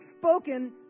spoken